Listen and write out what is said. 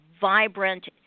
vibrant